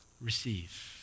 receive